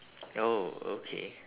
oh okay